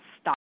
stop